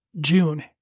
June